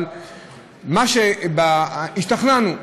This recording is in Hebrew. אבל השתכנענו,